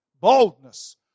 Boldness